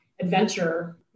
adventure